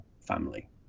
family